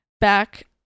back